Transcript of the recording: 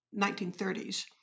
1930s